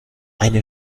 eine